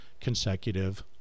consecutive